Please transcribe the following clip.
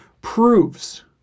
proves